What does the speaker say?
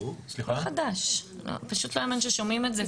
זה פשוט לא ייאמן ששומעים את זה כאן.